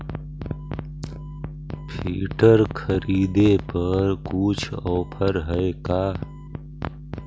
Filter खरिदे पर कुछ औफर है का?